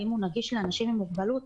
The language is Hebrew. האם הוא נגיש לאנשים עם מוגבלות?